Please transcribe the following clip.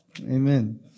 Amen